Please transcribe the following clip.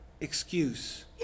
excuse